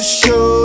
show